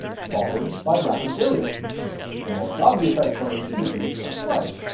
followed by rapid burial the most obvious explanation would be a flood.